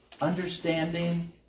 understanding